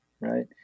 right